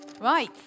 Right